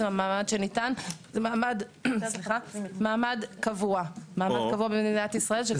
המעמד שניתן הוא מעמד קבוע במדינת ישראל.